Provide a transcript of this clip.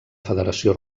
federació